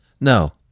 No